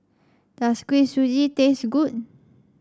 does Kuih Suji taste good